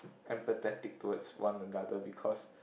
empathetic towards one another because